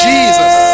Jesus